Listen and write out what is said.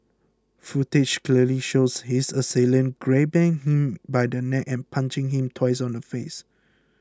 footage clearly shows his assailant grabbing him by the neck and punching him twice on the face